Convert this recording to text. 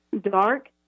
Dark